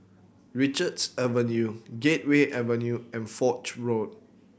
Richards Avenue Gateway Avenue and Foch Road